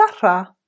Sarah